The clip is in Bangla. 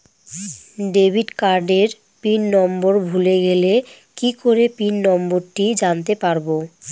ডেবিট কার্ডের পিন নম্বর ভুলে গেলে কি করে পিন নম্বরটি জানতে পারবো?